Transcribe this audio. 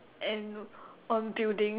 and on building